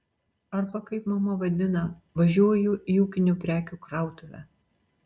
arba kaip mama tai vadina važiuoju į ūkinių prekių krautuvę